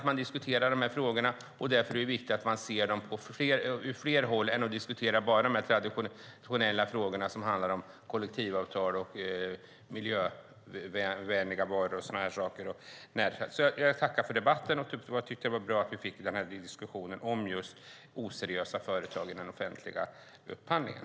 Man diskuterar de här frågorna, och därför är det viktigt att man ser dem från fler håll än att bara diskutera de traditionella frågorna som handlar om kollektivavtal och miljövänliga varor och sådant. Jag tackar för debatten och tycker att det var bra att vi fick den här diskussionen om oseriösa företag i den offentliga upphandlingen.